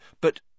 But—